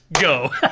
go